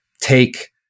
take